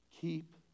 keep